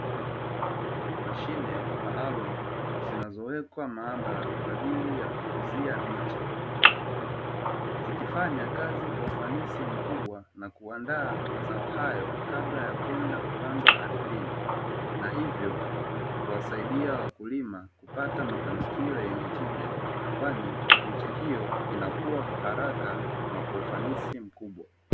Mashine maalumu zinazowekwa maabara kwa ajili ya kukuzia miche, zikifanya kazi kwa ufanisi mkubwa na kuandaa mazao hayo kabla ya kwenda kupandwa ardhini na hivyo kuwasaidia wakulima kupata mafanikio yenye tija kwani miche hiyo inakua kwa haraka na kwa ufanisi mkubwa.